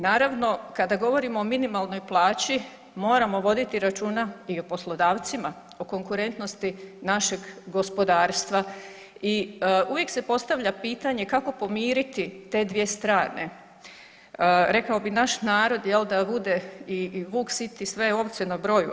Naravno, kada govorimo o minimalnoj plaći moramo voditi računa i o poslodavcima, o konkurentnosti našeg gospodarstva i uvijek se postavlja pitanje kako pomiriti te dvije strane, rekao bi naš narod jel da bude i vuk sit i sve ovce na broju.